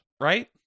right